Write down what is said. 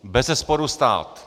Bezesporu stát.